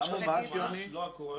חלק מומש, לא הכול.